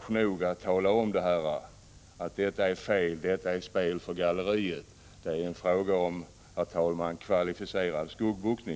kunnat tala om hur det förhåller sig och att det rör sig om ett spel för galleriet. Det är, herr talman, fråga om kvalificerad skuggboxning.